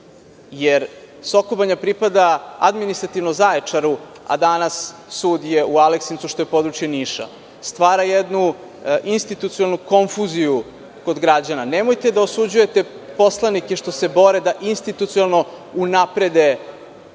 jer Soko Banja pripada administrativno Zaječaru, a danas je sud u Aleksincu, što je područje Niša. To stvara jednu institucionalnu konfuziju kod građana. Nemojte da osuđujete poslanike što se bore da institucionalno unaprede